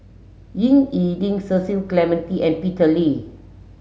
Ying E Ding Cecil Clementi and Peter Lee